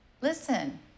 Listen